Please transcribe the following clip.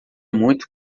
muito